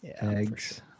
Eggs